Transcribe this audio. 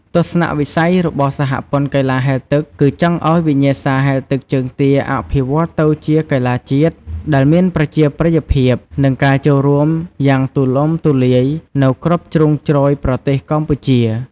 ទស្សនវិស័យរបស់សហព័ន្ធកីឡាហែលទឹកគឺចង់ឲ្យវិញ្ញាសាហែលទឹកជើងទាអភិវឌ្ឍទៅជាកីឡាជាតិ ដែលមានប្រជាប្រិយភាព និងការចូលរួមយ៉ាងទូលំទូលាយនៅគ្រប់ជ្រុងជ្រោយប្រទេសកម្ពុជា។